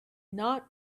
not